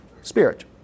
Spirit